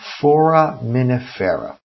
Foraminifera